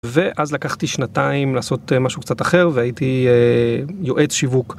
ואז לקחתי שנתיים לעשות משהו קצת אחר והייתי יועץ שיווק